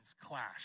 clash